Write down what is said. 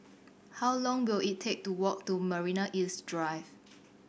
how long will it take to walk to Marina East Drive